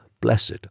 blessed